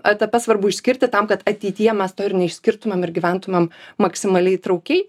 etape svarbu išskirti tam kad ateityje mes to ir neišskirtumėm ir gyventumėm maksimaliai įtraukiai